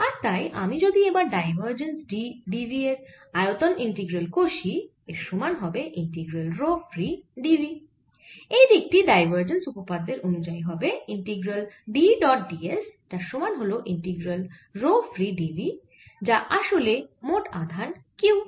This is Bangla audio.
আর তাই আমি যদি এবার ডাইভারজেন্স D d v এর আয়তন ইন্টিগ্রাল কষি এর সমান হবে integral rho free d v এইদিক টি ডাইভারজেন্স উপপাদ্যের অনুযায়ী হবে integral D dot d s যার সমান হল integral rho free d v যা আসলে মোট আধান Q